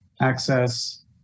access